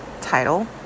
title